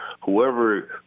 whoever